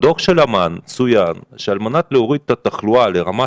בדוח אמ"ן צוין שעל מנת להוריד את התחלואה מרמה